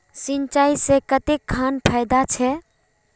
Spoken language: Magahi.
सिंचाई से कते खान फायदा छै?